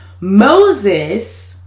Moses